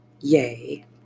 yay